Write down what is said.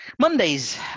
Monday's